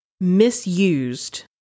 misused